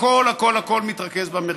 הכול הכול הכול מתרכז במרכז.